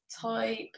type